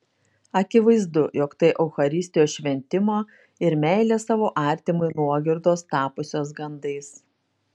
akivaizdu jog tai eucharistijos šventimo ir meilės savo artimui nuogirdos tapusios gandais